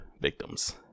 victims